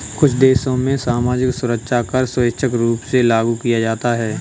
कुछ देशों में सामाजिक सुरक्षा कर स्वैच्छिक रूप से लागू किया जाता है